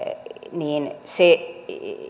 niin se